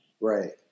Right